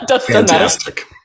fantastic